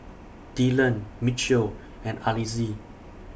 Dillan Mitchel and Alize